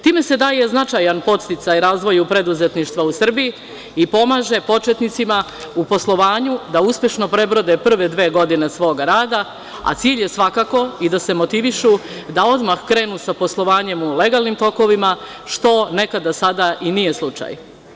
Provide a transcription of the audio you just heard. Time se daje značajan podsticaj razvoja u preduzetništvu Srbije i pomaže početnicima u poslovanju da uspešno prebrode prve dve godine svog rada, a cilj je svakako i da se motivišu, da odmah krenu sa poslovanjem u legalnim tokovima što nekada sada i nije slučaj.